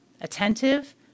attentive